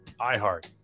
iHeart